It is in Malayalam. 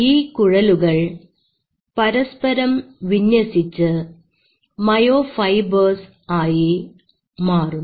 ഈ കുഴലുകൾ പരസ്പരം വിന്യസിച്ച് മയോ ഫൈബേർസ് ആയി മാറുന്നു